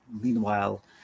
meanwhile